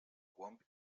głąb